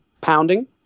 pounding